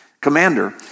commander